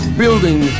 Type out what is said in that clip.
building